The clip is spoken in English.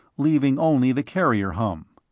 leaving only the carrier hum.